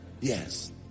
Yes